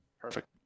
Perfect